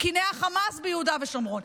עם קיני החמאס ביהודה ושומרון,